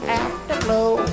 afterglow